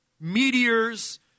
meteors